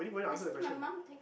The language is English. I see my mum take